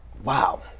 wow